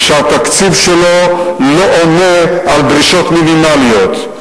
שהתקציב שלו לא עונה על דרישות מינימליות.